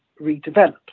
redeveloped